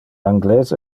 anglese